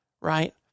right